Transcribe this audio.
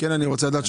אני יכול לבדוק את זה.